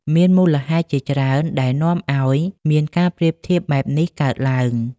មានមូលហេតុជាច្រើនដែលនាំឲ្យមានការប្រៀបធៀបបែបនេះកើតឡើង។